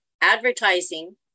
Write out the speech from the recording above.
advertising